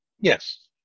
Yes